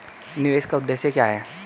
निवेश का उद्देश्य क्या है?